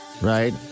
right